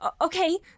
okay